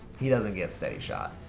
he doesn't get steadyshot.